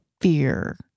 fear